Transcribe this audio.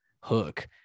hook